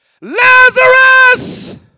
Lazarus